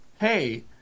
Hey